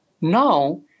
Now